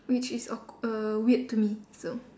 which is awk~ err weird to me so